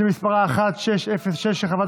התשפ"ב 2021,